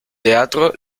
teatro